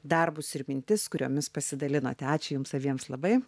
darbus ir mintis kuriomis pasidalinote ačiū jums abiems labai